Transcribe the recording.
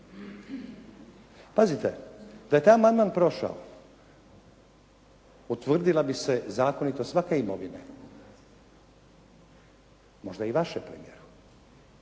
Pazite, da je taj amandman prošao, utvrdila bi se zakonitost svake imovine, možda i vaše premijeru,